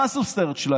מה עשו סרצ'לייט?